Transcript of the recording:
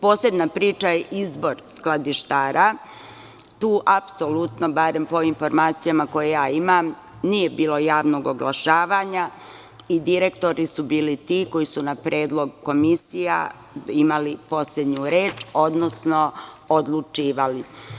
Posebna priča je izbor skladištara, tu apsolutno, barem po ovim informacijama koje ja imam, nije bilo javnog oglašavanja i direktori su bili ti koji su na predlog komisija imali poslednju reč, odnosno odlučivali.